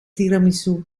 tiramisu